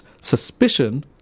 suspicion